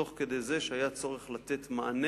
תוך כדי זה שהיה צורך לתת מענה,